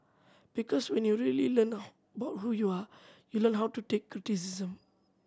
because when you really learn about who you are you learn how to take criticism